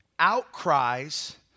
Outcries